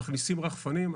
מכניסים רחפנים.